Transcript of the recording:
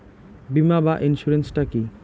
বিমা বা ইন্সুরেন্স টা কি?